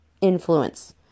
influence